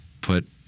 put